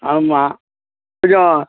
ஆமாம் கொஞ்சம்